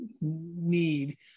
need